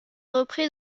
repris